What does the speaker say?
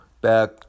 back